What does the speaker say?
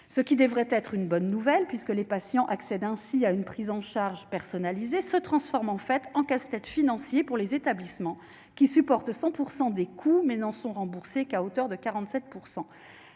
ce qui devrait être une bonne nouvelle puisque les patients accèdent ainsi à une prise en charge personnalisée se transforme en fait en casse-tête financier pour les établissements qui supporte 100 % des coûts mais n'en sont remboursés qu'à hauteur de 47